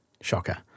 shocker